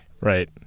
Right